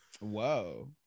Whoa